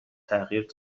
تغییر